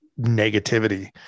negativity